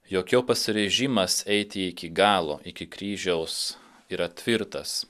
jog jo pasiryžimas eiti iki galo iki kryžiaus yra tvirtas